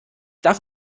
darf